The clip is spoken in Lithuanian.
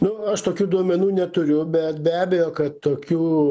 nu aš tokių duomenų neturiu bet be abejo kad tokių